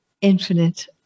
infinite